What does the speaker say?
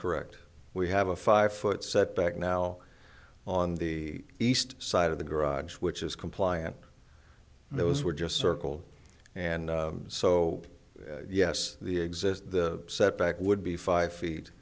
correct we have a five foot setback now on the east side of the garage which is compliant and those were just circled and so yes the exist the setback would be five